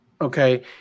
okay